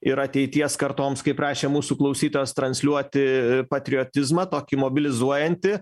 ir ateities kartoms kaip rašė mūsų klausytojas transliuoti patriotizmą tokį mobilizuojantį